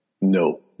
no